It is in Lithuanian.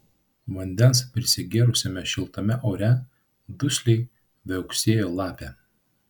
vandens prisigėrusiame šiltame ore dusliai viauksėjo lapė